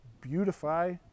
beautify